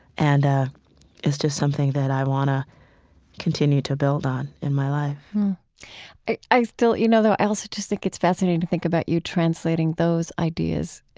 and ah it's just something that i want to continue to build on in my life i i still, you know, i also just think it's fascinating to think about you translating those ideas